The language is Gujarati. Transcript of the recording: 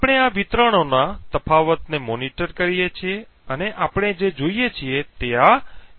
આપણે આ વિતરણોના તફાવતને મોનિટર કરીએ છીએ અને આપણે જે જોઈએ છીએ તે આ વિતરણો છે